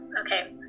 okay